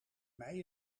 mij